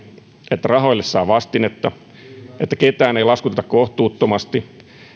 että rahoille saa vastinetta että ketään ei laskuteta kohtuuttomasti